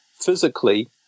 physically